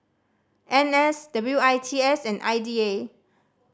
N S W I T S and I D A